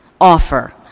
offer